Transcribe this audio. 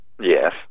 Yes